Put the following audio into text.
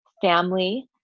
family